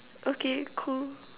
okay cool